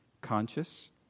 conscious